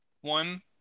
one